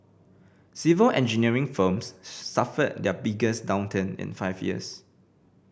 civil engineering firms suffered their biggest downturn in five years